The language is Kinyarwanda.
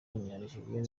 w’umunyanigeriya